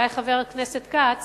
אולי חבר הכנסת כץ,